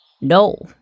No